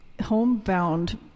homebound